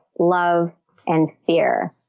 love and fear,